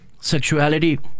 Sexuality